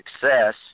success